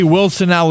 Wilson